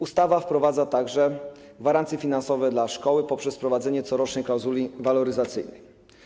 Ustawa wprowadza także gwarancje finansowe dla szkoły poprzez wprowadzenie corocznej klauzuli waloryzacyjnej.